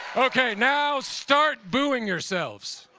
okay, now start booing yourselves.